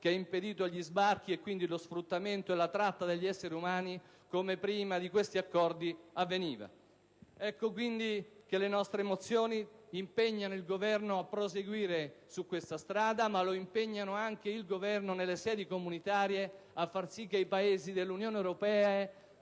che ha impedito gli sbarchi e, quindi, lo sfruttamento e la tratta degli esseri umani, che invece avvenivano prima di questo accordo. Ecco quindi che le nostre mozioni impegnano il Governo a proseguire su questa strada, ma lo impegnano anche nelle sedi comunitarie a far sì che i Paesi dell'Unione europea